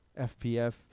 FPF